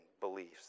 beliefs